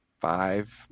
five